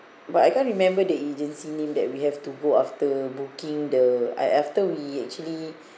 but I can't remember the agency name that we have to go after booking the after we actually